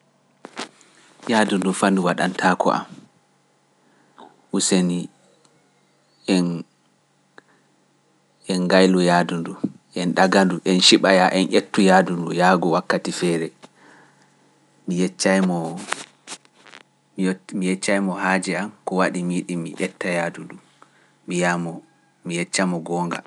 En ngaylu yahdu nduu, en ɗaga-ndu, en ciɓa - en ettu yahdu nduu yahgo wakkati feere. Mi yott- mi yeccay-mo haaje am, ko waɗi mi yiɗi mi etta yahdu nduu, mi wi'a-mo, mi yecca-mo goonga.